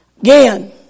again